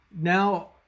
Now